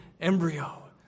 embryo